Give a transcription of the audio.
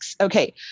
Okay